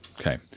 Okay